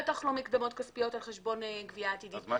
בטח לא מקדמות כספיות על חשבון גבייה עתידית.